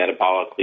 metabolically